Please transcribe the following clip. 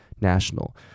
national